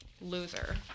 Loser